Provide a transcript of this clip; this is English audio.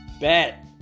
bet